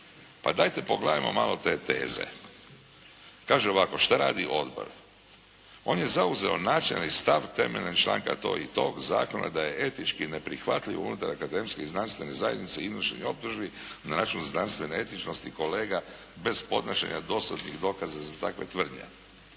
Pa dajte pogledajmo malo te teze. Kaže ovako, šta radi odbor. On je zauzeo načelni stav temeljem članak tog i tog, zakona da je etički neprihvatljiv unutar akademske i znanstvene zajednice …/Govornik se ne razumije./… optužbi na račun znanstvene etičnosti kolega bez podnošenja dosadnih dokaza za takve tvrdnje.